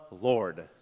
Lord